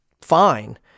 fine